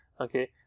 Okay